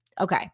Okay